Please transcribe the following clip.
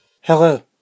Hello